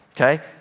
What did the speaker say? okay